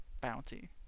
bounty